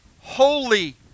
holy